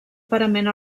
parament